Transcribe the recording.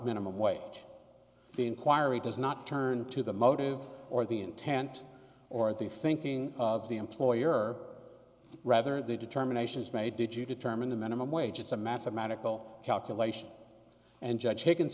minimum wage the inquiry does not turn to the motive or the intent or the thinking of the employer rather the determination is made did you determine the minimum wage it's a mathematical calculation and